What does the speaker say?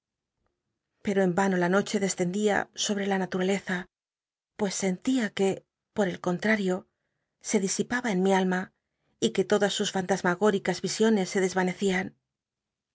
pel'o en ano la noche descendía sobre la naturaleza pues sen tia que por el contrario se disipaba en mi alma y que todas sus fantasmagóricas yisiones se desyancci